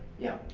yeah.